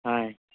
ఆయ్